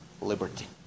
liberty